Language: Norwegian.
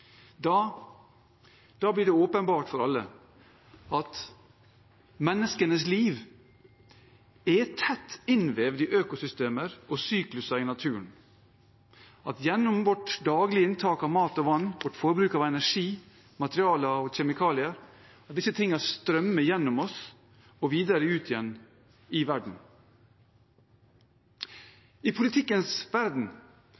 blir det åpenbart for alle at menneskenes liv er tett innvevd i økosystemer og sykluser i naturen gjennom vårt daglige inntak av mat og vann, vårt forbruk av energi, materialer og kjemikalier, og disse tingene strømmer gjennom oss og videre ut igjen i